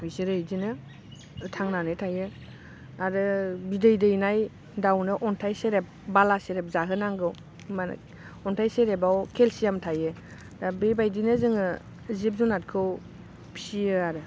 बिसोरो बिदिनो थांनानै थायो आरो बिदै दैनाय दाउनो अन्थाइ सेरेब बाला सेरेब जाहोनांगौ होनबानो अन्थाइ सेरेबबाव केलसियाम थायो दा बे बायदिनो जोङो जिब जुनारखौ फियो आरो